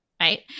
right